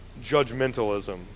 judgmentalism